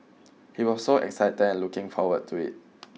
he was so excited and looking forward to it